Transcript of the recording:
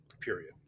Period